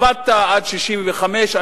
עבדת עד גיל 65,